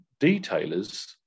detailers